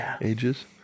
ages